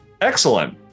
excellent